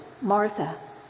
Martha